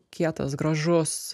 kietas gražus